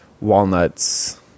walnuts